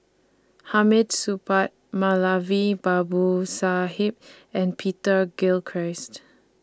Hamid Supaat Moulavi Babu Sahib and Peter Gilchrist